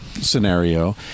scenario